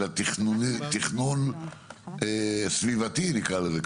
אלא תכנון סביבתי.